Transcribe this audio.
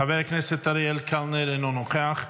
חבר הכנסת אריאל קלנר, אינו נוכח.